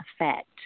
effect